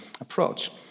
approach